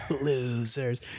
losers